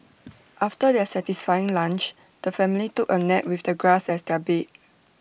after their satisfying lunch the family took A nap with the grass as their bed